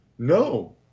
no